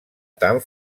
tan